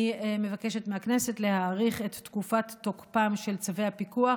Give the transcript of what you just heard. אני מבקשת מהכנסת להאריך את תקופת תוקפם של צווי הפיקוח